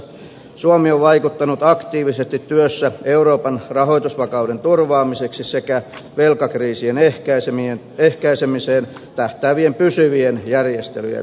suomi on vaikuttanut aktiivisesti työssä euroopan rahoitusvakauden turvaamiseksi sekä velkakriisien ehkäisemiseen tähtäävien pysyvien järjestelyjen rakentamiseksi